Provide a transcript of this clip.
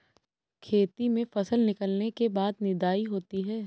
खेती में फसल निकलने के बाद निदाई होती हैं?